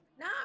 No